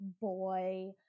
boy